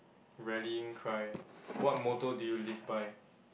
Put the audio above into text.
rallying cry what motto do you live by